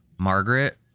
Margaret